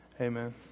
Amen